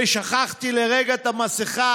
ושכחתי לרגע את המסכה,